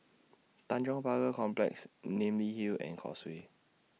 Tanjong Pagar Complex Namly Hill and Causeway